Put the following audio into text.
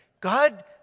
God